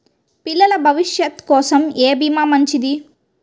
పిల్లల భవిష్యత్ కోసం ఏ భీమా మంచిది?